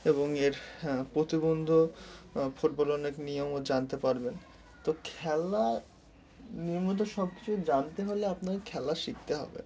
এবং এর অ্যাঁ প্রতিবন্ধকতা ফুটবলের অনেক নিয়মও জানতে পারবেন তো খেলা নিয়মিত সব কিছু জানতে হলে আপনাকে খেলা শিখতে হবে